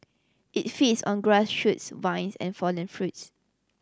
it feeds on grass shoots vines and fallen fruits